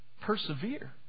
persevere